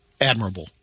Admirable